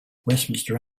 westminster